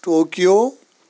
Tokyo